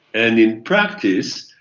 and in practice,